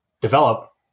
develop